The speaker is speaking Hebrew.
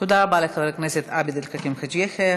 תודה רבה לחבר הכנסת עבד אל חכים חאג' יחיא.